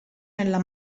nella